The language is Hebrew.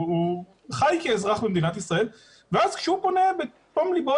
הוא חי כאזרח במדינת ישראל ואז כשהוא פונה בתום ליבו